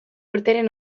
urteren